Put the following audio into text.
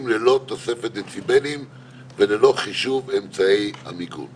לקיים צוות כזה ולהתחיל לגבש פתרונות.